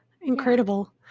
Incredible